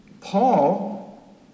Paul